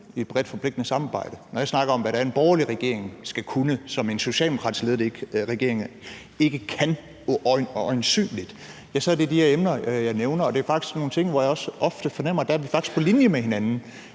i et bredt forpligtende samarbejde. Når jeg snakker om, hvad en borgerlig regering skal kunne, som en socialdemokratisk ledet regering øjensynligt ikke kan, er det de her emner, jeg nævner. Det er nogle ting, hvor jeg også ofte fornemmer Moderaterne og LA faktisk er på linje med hinanden,